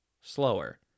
slower